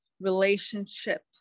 relationship